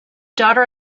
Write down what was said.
daughter